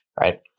right